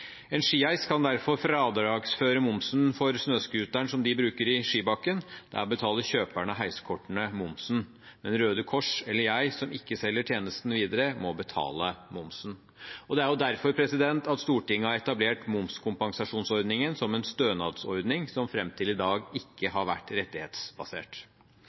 En skiheis kan derfor fradragsføre momsen for snøscooteren som de bruker i skibakken. Der betaler kjøperne av heiskortene momsen. Men Røde Kors eller jeg, som ikke selger tjenestene videre, må betale momsen. Det er derfor Stortinget har etablert momskompensasjonsordningen – som en stønadsordning som fram til i dag ikke har vært rettighetsbasert.